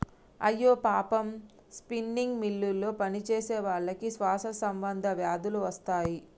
అయ్యో పాపం స్పిన్నింగ్ మిల్లులో పనిచేసేవాళ్ళకి శ్వాస సంబంధ వ్యాధులు వస్తాయి